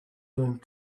doing